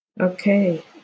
Okay